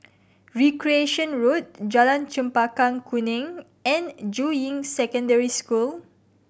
Recreation Road Jalan Chempaka Kuning and Juying Secondary School